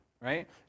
right